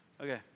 Okay